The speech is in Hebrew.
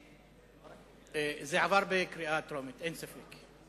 זה עבר בקריאה טרומית, אין ספק.